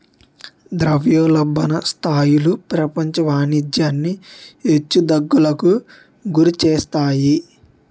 ద్రవ్యోల్బణ స్థాయిలు ప్రపంచ వాణిజ్యాన్ని హెచ్చు తగ్గులకు గురిచేస్తాయి